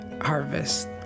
harvest